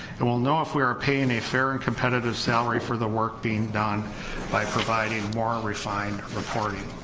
and we'll know if we are paying a fair and competitive salary for the work being done by providing more and refined reporting,